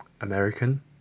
American